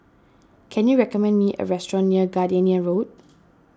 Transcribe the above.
can you recommend me a restaurant near Gardenia Road